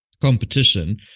competition